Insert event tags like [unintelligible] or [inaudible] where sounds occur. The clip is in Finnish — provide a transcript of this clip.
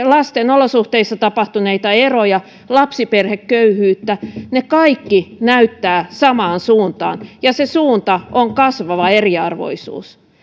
[unintelligible] lasten olosuhteissa tapahtuneita eroja lapsiperheköyhyyttä ne kaikki näyttävät samaan suuntaan ja se suunta on kasvava eriarvoisuus